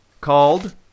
called